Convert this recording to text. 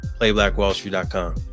playblackwallstreet.com